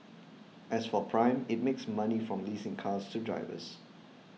as for Prime it makes money from leasing cars to drivers